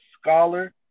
scholar